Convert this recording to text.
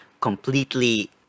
completely